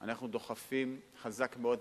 אנחנו דוחפים חזק מאוד,